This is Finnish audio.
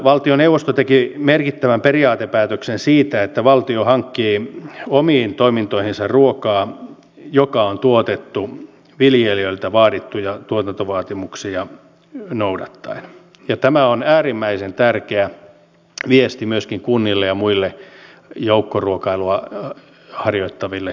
valtioneuvosto teki merkittävän periaatepäätöksen siitä että valtio hankkii omiin toimintoihinsa ruokaa joka on tuotettu viljelijöiltä vaadittuja tuotantovaatimuksia noudattaen ja tämä on äärimmäisen tärkeä viesti myöskin kunnille ja muille joukkoruokailua harjoittaville tahoille